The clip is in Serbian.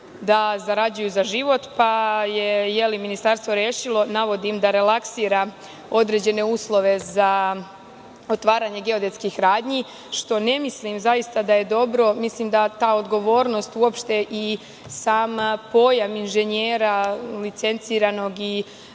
da zarađuju za život. Onda je ministarstvo rešilo navodim, da relaksira određene uslove za otvaranje geodetskih radnji, što ne mislim da je dobro. Mislim da ta odgovornost i sam pojam inženjera licenciranog i